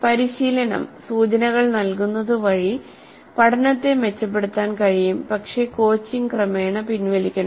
പരിശീലനം സൂചനകൾ നൽകുന്നത് വഴി പഠനത്തെ മെച്ചപ്പെടുത്താൻ കഴിയും പക്ഷേ കോച്ചിംഗ് ക്രമേണ പിൻവലിക്കണം